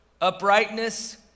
uprightness